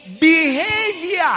Behavior